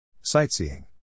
Sightseeing